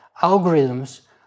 algorithms